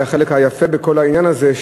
החלק היפה בכל העניין הזה,